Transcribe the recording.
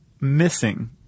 missing